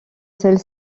celle